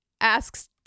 asks